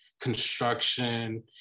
construction